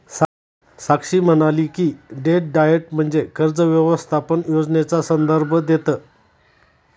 साक्षी म्हणाली की, debt diet म्हणजे कर्ज व्यवस्थापन योजनेचा संदर्भ देतं